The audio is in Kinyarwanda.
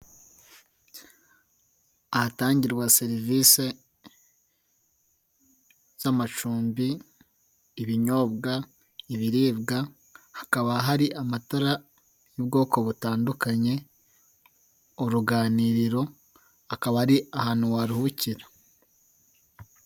Ahatangirwa serivisi z'amacumbi, ibinyobwa, ibiribwa, hakaba hari amatara y'ubwoko butandukanye, uruganiriro, akaba ari ahantu waruhukira.